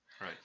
Right